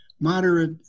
moderate